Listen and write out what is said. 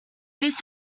this